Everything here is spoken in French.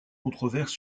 controverse